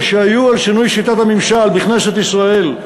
על שינוי שיטת הממשל שהיו בכנסת ישראל,